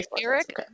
Eric